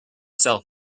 sell